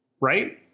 Right